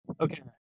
Okay